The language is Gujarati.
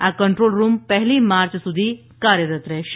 આ કન્દ્રોલ રૂમ પહેલી માર્ચ સુધી કાર્યરત રહેશે